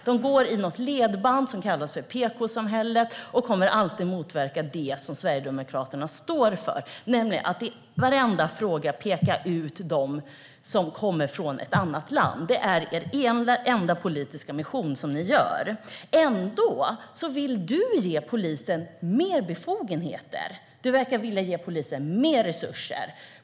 De går i något ledband som kallas för PK-samhället och kommer alltid att motverka det som Sverigedemokraterna står för, nämligen att i varenda fråga peka ut dem som kommer från ett annat land. Det är er enda politiska mission. Ändå vill du ge polisen mer befogenheter. Du verkar vilja ge polisen mer resurser.